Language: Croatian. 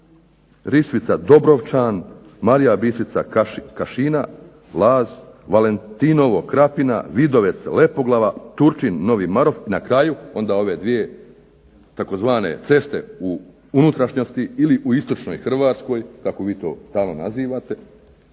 Risvica – Dobrovčan, Marija Bistrica – Kašina, Laz, Valentinovo – Krapina, Vidovec – Lepoglava, Turčin – Novi Marof i na kraju onda ove 2 tzv. ceste u unutrašnjosti ili u Istočnoj Hrvatskoj kako vi to stalno nazivate,